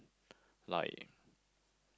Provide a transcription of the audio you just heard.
like